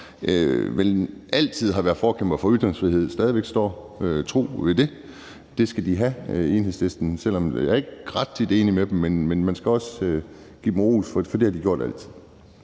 altid har været forkæmper for ytringsfrihed, stadig er tro mod det. Det skal Enhedslisten have, selv om jeg ikke ret tit er enig med dem, men man skal også give dem ros, for det har de altid